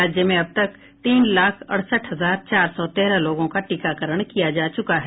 राज्य में अब तक तीन लाख अड़सठ हजार चार सौ तेरह लोगों का टीकाकरण किया जा चुका है